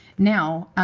now,